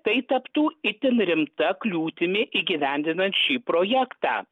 tai taptų itin rimta kliūtimi įgyvendinant šį projektą